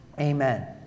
Amen